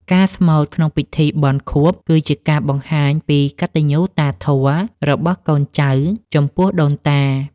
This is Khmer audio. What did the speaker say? ការស្មូតក្នុងពិធីបុណ្យខួប គឺជាការបង្ហាញពីកតញ្ញូតាធម៌របស់កូនចៅចំពោះដូនតា។